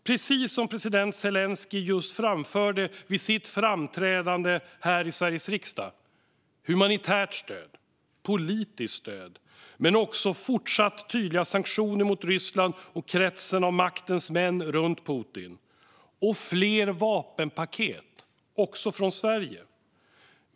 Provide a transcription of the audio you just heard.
Precis som president Zelenskyj just framförde vid sitt framträdande här i Sveriges riksdag behövs humanitärt och politiskt stöd men också fortsatt tydliga sanktioner mot Ryssland och kretsen av maktens män runt Putin. Fler vapenpaket behövs också från Sverige.